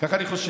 כך אני חושב,